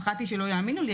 פחדתי שלא יאמינו לי,